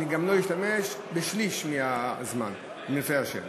אני גם לא אשתמש בשליש מהזמן, אם ירצה השם.